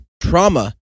trauma